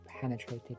penetrated